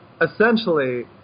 Essentially